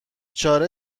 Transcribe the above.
چاره